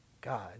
God